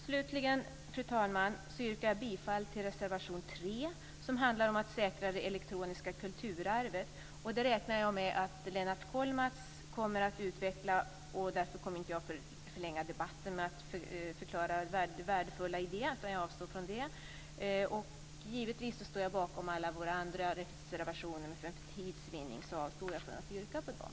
Slutligen, fru talman, yrkar jag bifall till reservation 3, som handlar om att säkra det elektroniska kulturarvet. Jag räknar med att Lennart Kollmats kommer att utveckla detta. Därför kommer jag inte att förlänga debatten med att förklara det värdefulla i detta. Givetvis står jag bakom alla våra övriga reservationer, men för tids vinning avstår jag från att yrka på dem.